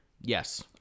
yes